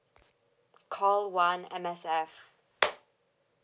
call one M_S_F